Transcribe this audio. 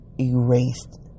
erased